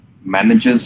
manages